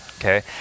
Okay